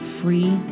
free